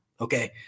Okay